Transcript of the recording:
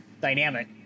dynamic